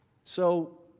so,